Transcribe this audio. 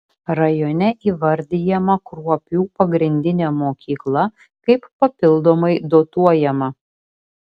rajone įvardijama kruopių pagrindinė mokykla kaip papildomai dotuojama